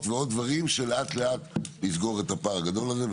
ועוד דברים שלאט-לאט יסגרו את הפער הגדול הזה.